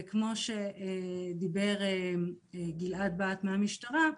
כמו שדיבר גלעד בהט מהמשטרה,